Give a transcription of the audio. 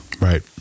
Right